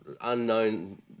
unknown